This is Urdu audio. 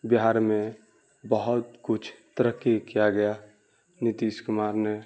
بہار میں بہت کچھ ترقی کیا گیا نتیش کمار نے